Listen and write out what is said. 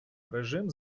режим